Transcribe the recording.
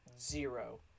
zero